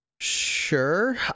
Sure